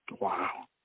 Wow